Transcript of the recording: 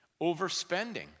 Overspending